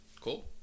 Cool